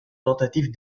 tentatives